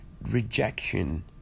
rejection